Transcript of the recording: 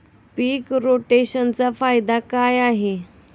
पीक रोटेशनचा फायदा काय आहे?